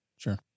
Sure